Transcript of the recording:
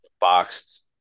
boxed